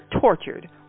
tortured